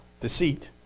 Deceit